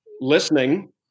listening